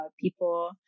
people